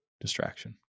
distraction